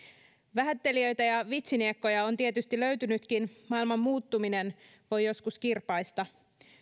vähättelijöitä ja vitsiniekkojakin on tietysti löytynyt maailman muuttuminen voi joskus kirpaista